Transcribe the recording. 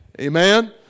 Amen